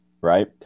right